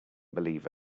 believe